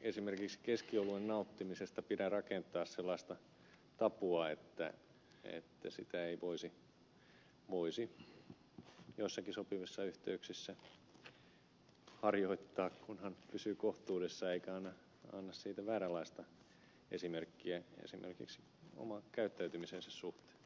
esimerkiksi keskioluen nauttimisesta pidä rakentaa sellaista tabua että sitä ei voisi joissakin sopivissa yhteyksissä harjoittaa kunhan pysyy kohtuudessa eikä anna siitä vääränlaista esimerkkiä esimerkiksi oman käyttäytymisensä suhteen